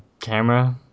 camera